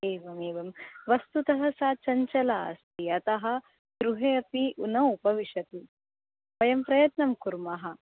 एवमेवं वस्तुतः सा चञ्चला अस्ति अतः गृहे अपि न उपविशति वयं प्रयत्नं कुर्मः